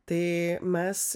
tai mes